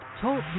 Talk